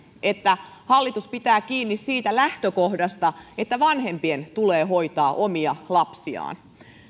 että hallitus pitää kiinni siitä lähtökohdasta että vanhempien tulee hoitaa omia lapsiaan